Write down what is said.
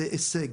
זה הישג,